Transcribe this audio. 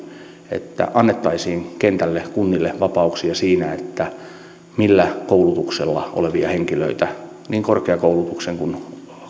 että annettaisiin kentälle kunnille vapauksia siinä millä koulutuksella olevia henkilöitä niin korkeakoulutuksen kuin